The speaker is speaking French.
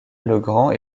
legrand